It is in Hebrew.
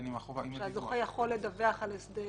שהזוכה יכול לדווח על הסדר,